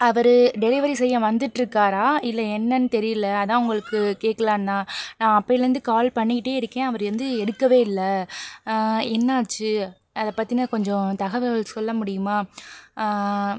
அவர் delivery செய்ய வந்துட்டுருக்காரா இல்லை என்னென்னு தெரியல அதுதான் உங்களுக்கு கேட்கலாம் தான் நான் அப்போயிலேந்து கால் பண்ணிக்கிட்டே இருக்கேன் அவர் வந்து எடுக்கவே இல்லை என்னாச்சு அதை பற்றின கொஞ்சம் தகவல் சொல்ல முடியுமா